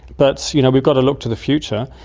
but so you know we've got to look to the future,